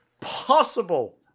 possible